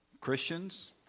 Christians